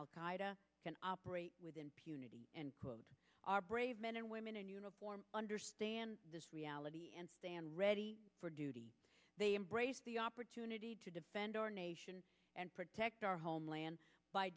qaeda can operate with impunity and put our brave men and women in uniform understand this reality and stand ready for duty they embrace the opportunity to defend our nation and protect our homeland by